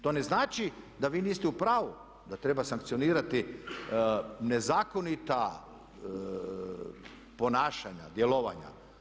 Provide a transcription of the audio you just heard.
To ne znači da vi niste u pravu da treba sankcionirati nezakonita ponašanja, djelovanja.